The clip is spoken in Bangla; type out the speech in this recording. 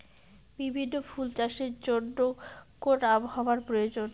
বিভিন্ন ফুল চাষের জন্য কোন আবহাওয়ার প্রয়োজন?